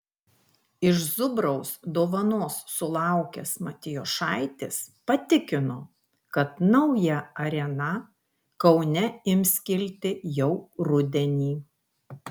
iš zubraus dovanos sulaukęs matijošaitis patikino kad nauja arena kaune ims kilti jau rudenį